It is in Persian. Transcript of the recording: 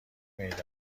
میدان